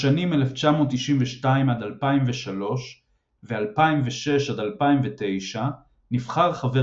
בשנים 1992–2003 ו-2006–2009 נבחר חבר